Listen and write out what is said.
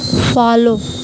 follow